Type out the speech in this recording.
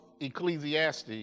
Ecclesiastes